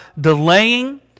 delaying